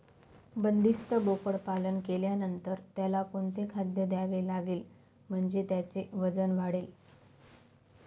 बंदिस्त बोकडपालन केल्यानंतर त्याला कोणते खाद्य द्यावे लागेल म्हणजे त्याचे वजन वाढेल?